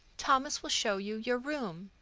thomas will show you your room.